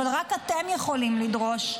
אבל רק אתם יכולים לדרוש,